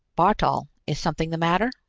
bartol, is something the matter?